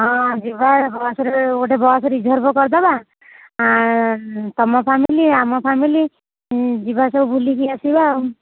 ହଁ ଯିବା ବସ୍ରେ ଗୋଟେ ବସ୍ ରିଜର୍ଭ କରିଦେବା ତମ ଫ୍ୟାମିଲି ଆମ ଫ୍ୟାମିଲି ଯିବା ସବୁ ବୁଲିକି ଆସିବା ଆଉ